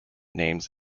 names